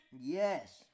Yes